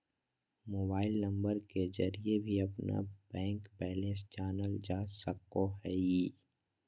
mobile number के जरिए भी अपना बैंक बैलेंस जानल जा सको हइ